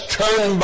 turn